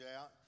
out